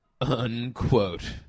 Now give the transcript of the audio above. Unquote